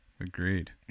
agreed